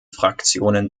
fraktionen